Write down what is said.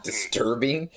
Disturbing